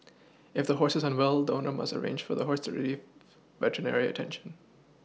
if the horse is unwell the owner must arrange for the horse to Relief veterinary attention